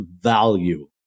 value